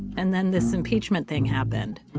and then this impeachment thing happened